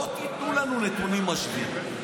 בואו תיתנו לנו נתונים משווים.